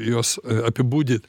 juos apibūdyt